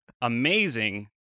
amazing